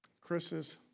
Chris's